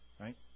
right